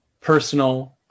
personal